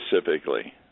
specifically